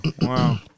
wow